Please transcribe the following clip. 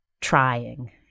trying